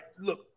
look